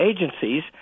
agencies